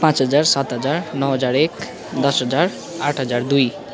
पाँच हजार सात हजार नौ हजार एक दस हजार आठ हजार दुई